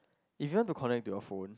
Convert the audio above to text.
if you want to connect to your phone